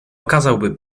okazałby